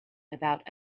about